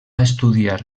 estudiar